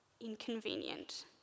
inconvenient